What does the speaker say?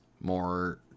more